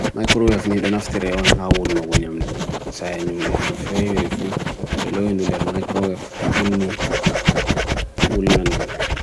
Micrograph nidonafti re'on ha'wul na wanyam dhu. Sayen yun na fey yu rifu, t'o yelo yun nudar Micrograph ekunni wul nan dhu.